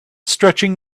stretching